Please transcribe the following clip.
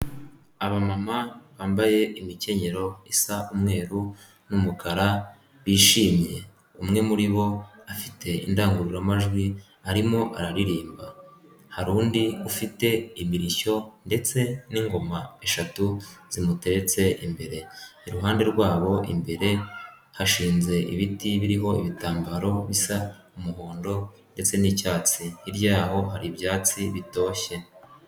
Aba mama bambaye imikenyero isa umweru n'umukara bishimye. Umwe muri bo afite indangururamajwi arimo araririmba. Hari undi ufite imirishyo ndetse n'ingoma eshatu zimutetse imbere. Iruhande rwabo imbere hashinze ibiti biriho ibitambaro bisa umuhondo, ndetse n'icyatsi, hirya yaho hari ibyatsi bitoshye.